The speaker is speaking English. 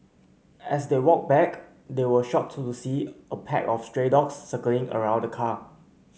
as they walked back they were shocked to see a pack of stray dogs circling around the car